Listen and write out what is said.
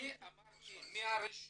אני אמרתי מה-1